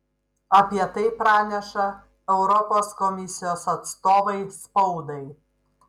apie tai praneša europos komisijos atstovai spaudai